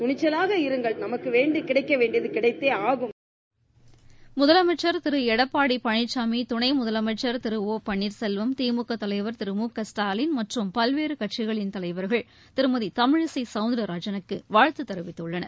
துணிச்சலாக இருங்கள் நமக்கு கிடைக்க வேண்டியது கிடைத்தே ஆகும் முதலமைச்சர் திரு எடப்பாடி பழனிசாமி துணை முதலமைச்சர் திரு ஒ பன்னீர்செல்வம் திமுக தலைவர் திரு மு க ஸ்டாலின் மற்றும் பல்வேறு கட்சிகளின் தலைவர்கள் திருமதி தமிழிசை சவுந்தரராஜனுக்கு வாழ்த்து தெரிவித்துள்ளனர்